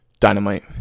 Dynamite